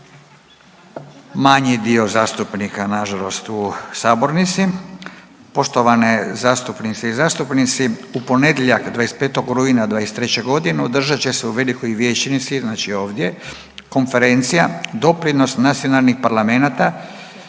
manji dio zastupnika nažalost u sabornici. Poštovane zastupnice i zastupnice, u ponedjeljak 25. rujna '23. godine održat će se u velikoj vijećnici znači ovdje Konferencija Doprinos nacionalnih parlamenata